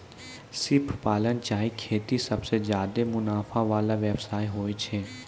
सिप पालन चाहे खेती सबसें ज्यादे मुनाफा वला व्यवसाय होय छै